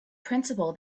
principle